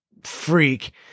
freak